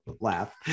laugh